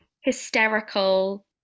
hysterical